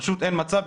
פשוט אין מצב.